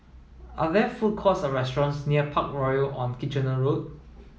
are there food courts or restaurants near Parkroyal on Kitchener Road